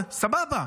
סבבה,